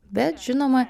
bet žinoma